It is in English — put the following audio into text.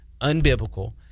unbiblical—